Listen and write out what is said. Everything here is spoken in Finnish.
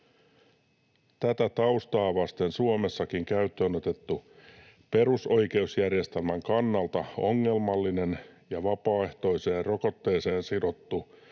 Tätä taustaa vasten Suomessakin käyttöön otettu perusoikeusjärjestelmän kannalta ongelmallinen ja vapaaehtoiseen rokotteeseen sidottu,